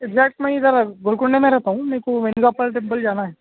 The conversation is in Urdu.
ادھر گولکنڈہ میں رہتا ہوں میرے کو ونیو گوپال ٹیمپل جا ہے